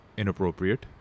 inappropriate